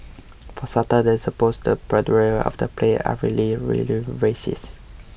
for starters the supposed 'protagonists' of the play are really really racist